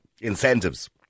incentives